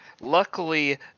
Luckily